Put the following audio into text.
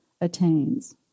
attains